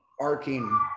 arcing